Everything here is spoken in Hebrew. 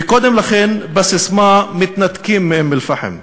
וקודם לכן בססמה: "מתנתקים מאום-אלפחם".